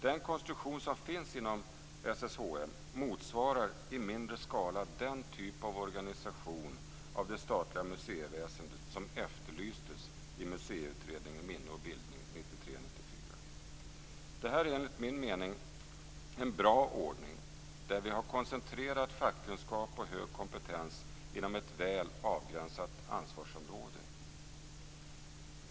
Den konstruktion som finns inom SSHM motsvarar, i mindre skala, den typ av organisation av det statliga museiväsendet som efterlystes i museiutredningen Minne och bildning 1993/94. Detta är enligt min mening en bra ordning, där vi har koncentrerat fackkunskap och hög kompetens inom ett väl avgränsat ansvarsområde.